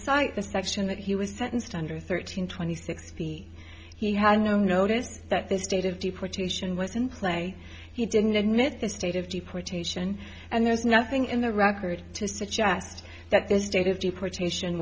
section that he was sentenced under thirteen twenty six he had no notice that the state of deportation was in play he didn't admit the state of deportation and there is nothing in the record to suggest that the state of deportation